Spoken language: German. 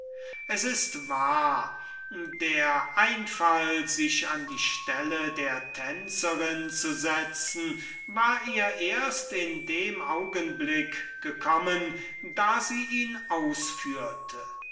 es ist wahr daß der einfall sich an die stelle der tänzerin zu setzen ihr erst in dem augenblick gekommen war da sie ihn ausführte